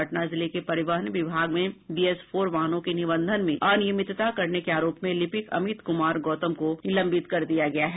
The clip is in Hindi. पटना जिले के परिवहन विभाग में बीएस फोर वाहनों के निबंधन में अनियमितता करने के आरोप में लिपिक अमित कुमार गौतम को निलंबित कर दिया गया है